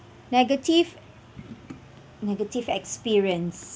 negative negative experience